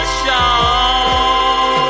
show